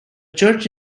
church